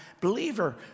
believer